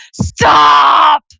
Stop